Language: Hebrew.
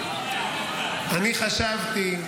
אני חשבתי,